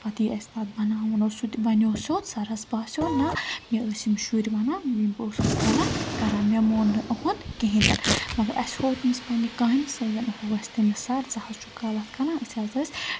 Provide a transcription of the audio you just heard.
پَتہٕ یہِ اَسہِ تَتھ بَناوُن اوس سُہ تہِ بَنیو سیوٚد سَرَس باسیو نہ مےٚ ٲسۍ یِم شُرۍ وَنان بہٕ اوسُس غلط کَران مےٚ مون نہٕ اُہنٛد کِہیٖنۍ تہِ مگر اَسہِ ہوٚو تٔمِس پنٛنہِ کامہِ سۭتۍ ہٚوو اَسہِ تٔمِس سَر ژٕ حظ چھُکھ غلط کَران أسۍ حظ ٲسۍ